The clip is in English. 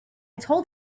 told